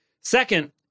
Second